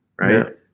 right